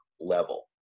level